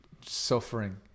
suffering